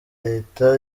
leta